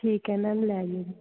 ਠੀਕ ਹੈ ਮੈਮ ਲੈ ਜਿਓ ਜੀ